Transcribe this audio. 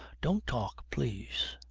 don't talk, please.